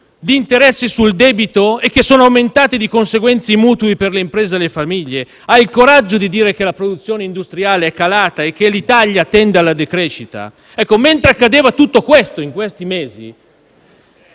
di interessi sul debito e che sono aumentati di conseguenza i mutui per le imprese e le famiglie? Ha il coraggio di dire che la produzione industriale è calata e che l'Italia tende alla decrescita? Ecco, mentre accadeva tutto ciò in questi mesi,